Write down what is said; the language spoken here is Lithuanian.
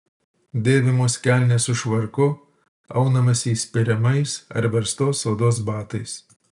dėvimos kelnės su švarku aunamasi įspiriamais ar verstos odos batais